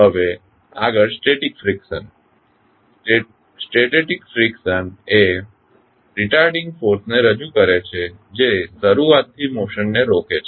હવે આગળ static friction static friction એ રિટાર્ડિંગ ફોર્સ ને રજૂ કરે છે જે શરૂઆતથી મોશનને રોકે છે